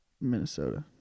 Minnesota